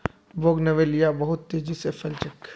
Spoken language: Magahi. बोगनवेलिया बहुत तेजी स फैल छेक